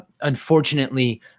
unfortunately